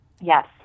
yes